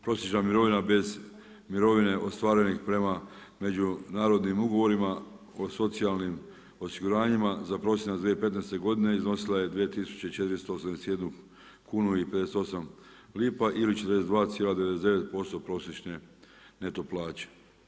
Prosječan mirovina bez mirovine ostvarenih prema među narodnim ugovorima o socijalnim osiguranjima za prosinac 2015. godina iznosila je 2481 kunu i 58 lipa ili 42,99% prosječne neto plaće.